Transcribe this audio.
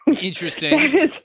Interesting